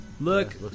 Look